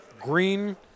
green